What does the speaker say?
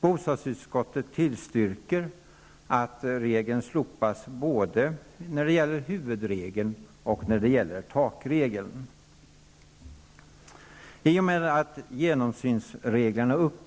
Bostadsutskottet tillstyrker att genomsynsreglerna slopas både när det gäller huvudregeln och när det gäller takregeln.